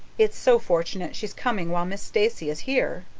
it's so fortunate she's coming while miss stacy is here.